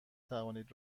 توانید